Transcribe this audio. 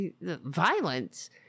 violence